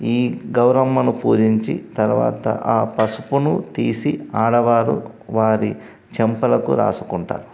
ఈ గౌరమ్మను పూజించి తరువాత ఆ పసుపును తీసి ఆడవారు వారి చెంపలకు రాసుకుంటారు